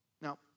Now